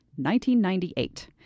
1998